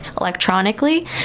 electronically